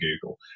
Google